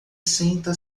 senta